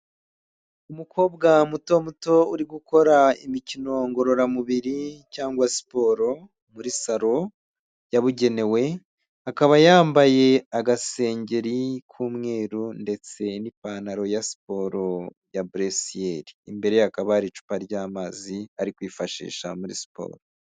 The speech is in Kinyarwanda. Umukobwa muto muto uri gukora imikino ngororamubiri cyangwa siporo muri salo yabugenewe, akaba yambaye agasengeri k'umweru ndetse n'ipantaro ya siporo ya buresiyeri, imbere ye hakaba hari icupa ry'amazi ari kwifashisha muri siporo.